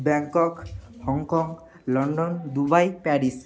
Bangkok Hong Kong London Dubai Paris